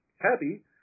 happy